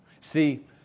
See